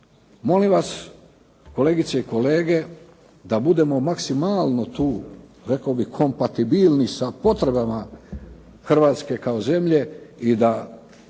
Molim vas kolegice i kolege da budemo maksimalno tu rekao bih kompatibilni sa potrebama Hrvatske kao zemlje i da